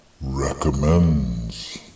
recommends